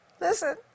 Listen